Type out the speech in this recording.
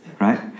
right